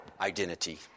identity